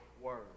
word